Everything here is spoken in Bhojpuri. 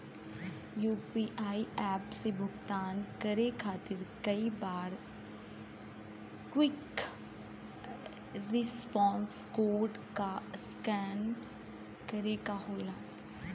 यू.पी.आई एप से भुगतान करे खातिर कई बार क्विक रिस्पांस कोड क स्कैन करे क होला